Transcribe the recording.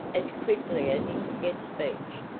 as quickly as he could get speech,